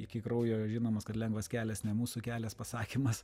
iki kraujo žinomas kad lengvas kelias ne mūsų kelias pasakymas